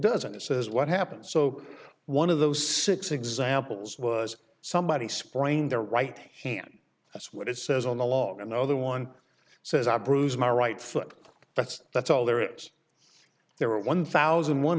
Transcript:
doesn't this is what happened so one of those six examples was somebody sprained their right hand that's what it says on the law and the other one says i bruise my right foot that's that's all there is there are one thousand one